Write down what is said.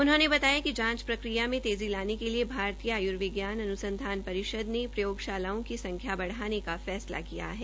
उन्होंने बताया कि जांच प्रक्रिया में तेज़ी लाने के लिए भारतीय आय्विज्ञान अन्संधान परिषद ने प्रयोगशालाओं की संख्या बढ़ाने का फैसला किया है